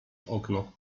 okno